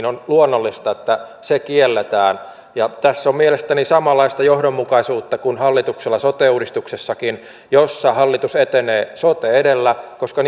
on luonnollista että nämä avustavat tehtävät kielletään tässä on mielestäni samanlaista johdonmukaisuutta kuin hallituksella sote uudistuksessakin jossa hallitus etenee sote edellä koska